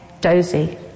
Dozy